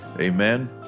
Amen